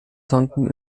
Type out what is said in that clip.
tanken